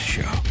Show